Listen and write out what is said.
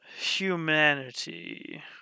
humanity